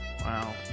Wow